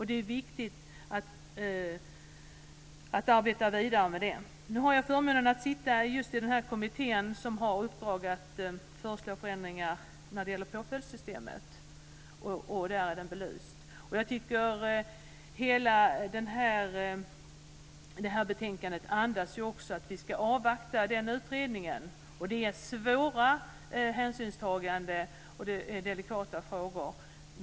Det är viktigt att arbeta vidare med den. Nu har jag förmånen att sitta i just den kommitté som har i uppdrag att föreslå förändringar i påföljdssystemet. Där är den här frågan belyst. Hela betänkandet andas också att vi ska avvakta den utredningen. Det är svåra hänsynstaganden och delikata frågor.